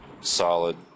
solid